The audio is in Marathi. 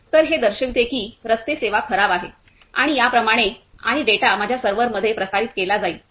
तर हे दर्शविते की रस्ते सेवा खराब आहे आणि याप्रमाणे आणि डेटा माझ्या सर्व्हरमध्ये प्रसारित केला जाईल